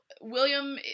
William